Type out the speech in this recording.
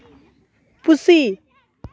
ᱯᱩᱥᱤ